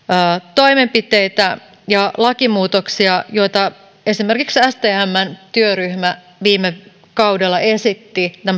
toimenpiteitä ja lakimuutoksia joita esimerkiksi stmn työryhmä viime kaudella esitti